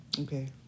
Okay